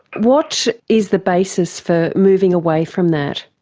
what is the basis for moving away from that?